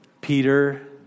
Peter